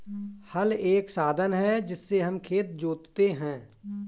हल एक साधन है जिससे हम खेत जोतते है